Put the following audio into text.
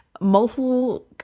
multiple